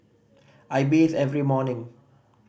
I bathe every morning